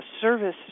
service